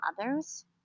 others